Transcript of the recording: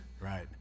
Right